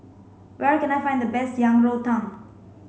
where can I find the best Yang Rou Tang